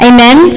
Amen